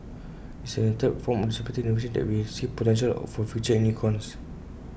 it's in this third form of disruptive innovation that we see potential for future unicorns